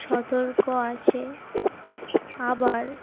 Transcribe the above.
সতর্ক আছে আবার